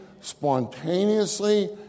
spontaneously